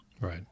Right